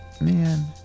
Man